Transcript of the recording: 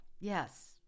yes